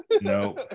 No